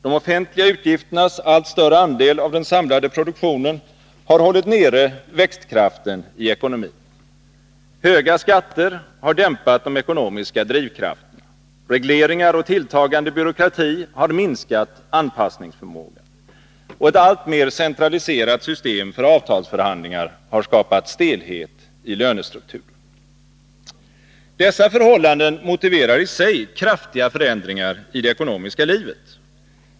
De offentliga utgifternas allt större andel av den samlade produktionen har hållit nere växtkraften i ekonomin. Höga skatter har dämpat de ekonomiska drivkrafterna. Regleringar och tilltagande byråkrati har minskat anpassningsförmågan. Och ett alltmer centraliserat system för avtalsförhandlingar har skapat stelhet i lönestrukturen. Dessa förhållanden motiverar i sig kraftiga förändringar i det ekonomiska livet.